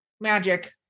Magic